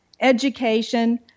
education